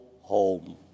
home